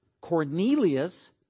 Cornelius